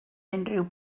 unrhyw